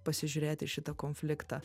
pasižiūrėt į šitą konfliktą